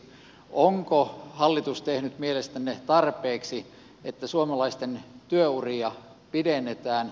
onko hallitus tehnyt mielestänne tarpeeksi että suomalaisten työuria pidennetään